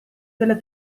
delle